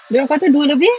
dia orang kata dua lebih